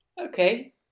Okay